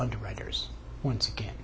underwriters once again